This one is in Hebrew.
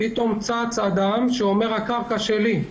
פתאום צץ אדם שאומר שהקרקע שלו,